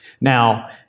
Now